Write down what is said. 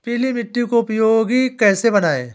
पीली मिट्टी को उपयोगी कैसे बनाएँ?